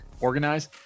organize